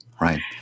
Right